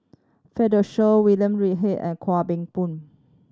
Fred De Souza William Read H and Kwa Soon Bee